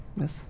Yes